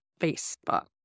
Facebook